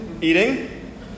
Eating